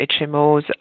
HMOs